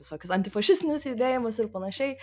visokius antifašistinius judėjimus ir panašiai